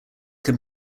can